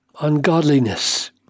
ungodliness